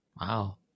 Wow